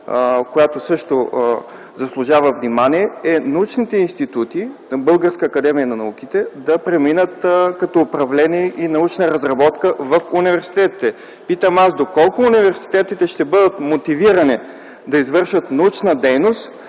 която също заслужава внимание, е научните институти към Българската академия на науките да преминат като управление и научна разработка в университетите. Питам аз: доколко университетите ще бъдат мотивирани да извършват научна дейност,